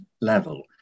level